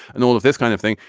and all of this kind of thing.